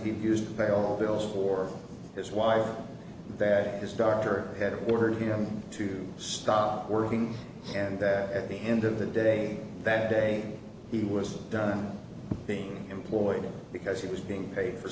be used by all bills for his wife that his doctor had ordered him to stop working and that at the end of the day that day he was done being employed because he was being paid for